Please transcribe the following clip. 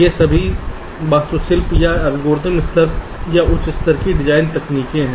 ये सभी वास्तुशिल्प या एल्गोरिथम स्तर या उच्च स्तर की डिज़ाइन तकनीकें हैं